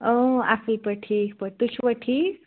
اَصٕل پٲٹھۍ ٹھیٖک پٲٹھۍ تُہۍ چھِوٕ ٹھیٖک